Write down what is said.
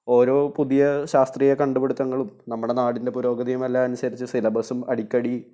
ഓരോ പുതിയ ശാസ്ത്രീയ കണ്ടുപിടിത്തങ്ങളും നമ്മുടെ നാടിൻ്റെ പുരോഗതിയുമെല്ലാം അനുസരിച്ച് സിലബസ്സും അടിക്കടി